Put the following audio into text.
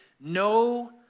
no